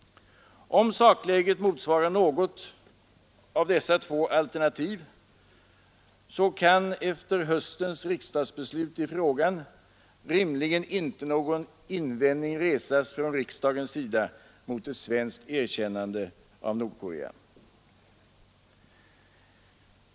Om sakläget motsvarar något av dessa två alternativ, så kan efter höstens riksdagsbeslut i frågan rimligen inte någon invändning resas från riksdagens sida mot ett svenskt erkännande av Nordkorea.